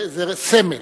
זה סמל: